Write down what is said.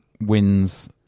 wins